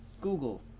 Google